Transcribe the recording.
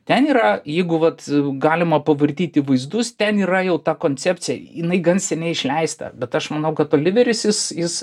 ten yra jeigu vat galima pavartyti vaizdus ten yra jau ta koncepcija jinai gan seniai išleista bet aš manau kad oliveris jis jis